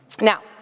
Now